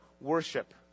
worship